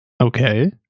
Okay